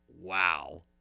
wow